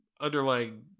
underlying